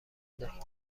دهید